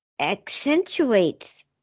accentuates